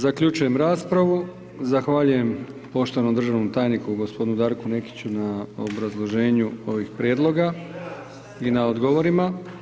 Zaključujem raspravu, zahvaljujem poštovanom državnom tajniku g. Darku Nekiću na obrazloženju ovih prijedloga i na odgovorima.